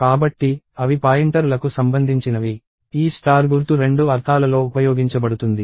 కాబట్టి అవి పాయింటర్లకు సంబంధించినవి ఈ స్టార్ గుర్తు రెండు అర్థాలలో ఉపయోగించబడుతుంది